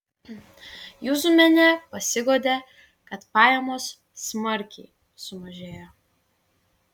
juzumienė pasiguodė kad pajamos smarkiai sumažėjo